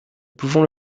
pouvons